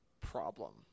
problem